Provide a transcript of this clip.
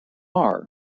are